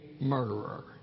murderer